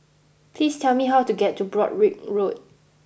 please tell me how to get to Broadrick Road